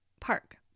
Park